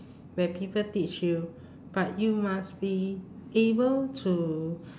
where people teach you but you must be able to